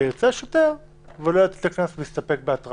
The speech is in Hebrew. ואם ירצה השוטר הוא לא יטיל קנס אלא יסתפק בהתראה.